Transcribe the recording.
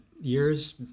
years